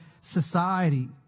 society